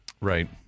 Right